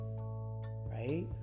right